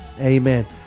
Amen